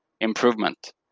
improvement